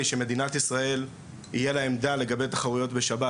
שלמדינת ישראל תהיה עמדה לגבי תחרויות בשבת.